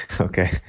Okay